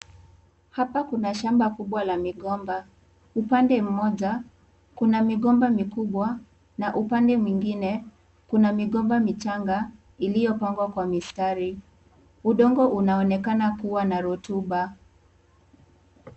Hapa kuna shamba kubwa la migomba. Upande moja, kuna migomba mikubwa na upande mwingine kuna migomba michanga iliyopangwa kwa mstari. Udongo unaonekana kuwa na rotuba.